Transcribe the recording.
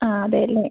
ആ അതെ അല്ലേ